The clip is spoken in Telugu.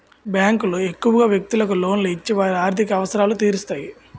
బ్యాంకులు ఎక్కువగా వ్యక్తులకు లోన్లు ఇచ్చి వారి ఆర్థిక అవసరాలు తీరుస్తాయి